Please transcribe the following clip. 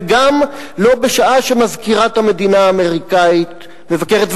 וגם לא בשעה שמזכירת המדינה האמריקנית מבקרת,